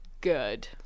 good